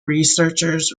researchers